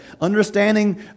Understanding